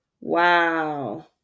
Wow